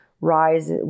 rise